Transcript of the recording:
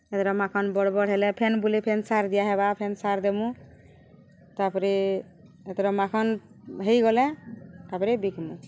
ଏତେଟା ମାଖନ୍ ବଡ଼୍ ବଡ଼୍ ହେଲେ ଫେନ୍ ବୁଲି ଫେନ୍ ସାର୍ ଦିଆହେବା ଫେନ୍ ସାର୍ ଦେମୁ ତା'ପରେ ଏତେର ମାଖନ୍ ହେଇଗଲେ ତା'ପରେ ବିକ୍ମୁ